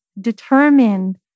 determined